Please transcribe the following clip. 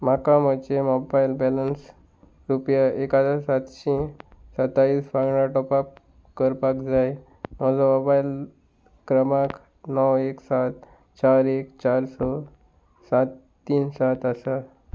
म्हाका म्हजें mobile balance रुपया एक हजार सातशीं सातावीस वांगडा टोप करपाक जाय म्हजो मोबायल क्रमांक णव एक सात चार एक चार स सात तीन सात आसा